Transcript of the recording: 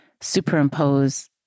superimpose